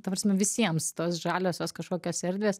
ta prasme visiems tos žaliosios kažkokios erdvės